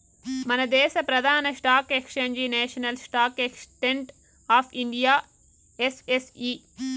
మనదేశ ప్రదాన stock exchange national stock exchange of India NSE